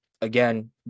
Again